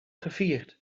gevierd